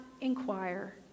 inquire